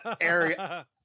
area